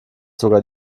sogar